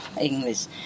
English